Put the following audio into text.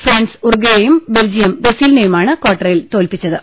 France ഉറുഗ്വെയും Belgium ബ്രസീലിനെയുമാണ് കാർട്ടറിൽ തോൽപ്പിച്ചത്